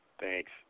Thanks